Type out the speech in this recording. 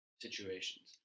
situations